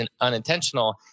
unintentional